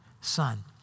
son